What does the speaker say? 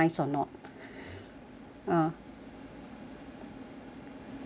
ah uh